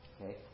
Okay